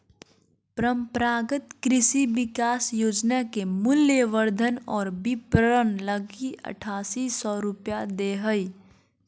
परम्परागत कृषि विकास योजना के मूल्यवर्धन और विपरण लगी आठासी सौ रूपया दे हइ